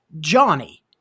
Johnny